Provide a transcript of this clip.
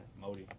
Modi